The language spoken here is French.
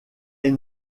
est